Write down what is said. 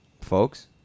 folks